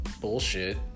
bullshit